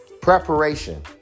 Preparation